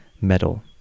metal